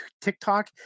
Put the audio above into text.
TikTok